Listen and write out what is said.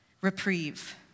reprieve